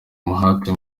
umuhate